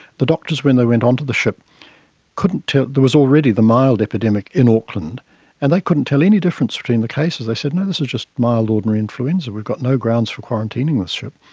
the doctors when they went onto the ship couldn't tell, there was already the mild epidemic in auckland and they couldn't tell any difference between the cases. they said, no, this is just mild ordinary influenza, we've got no grounds for quarantining this ship.